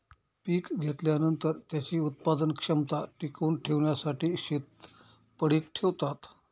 पीक घेतल्यानंतर, त्याची उत्पादन क्षमता टिकवून ठेवण्यासाठी शेत पडीक ठेवतात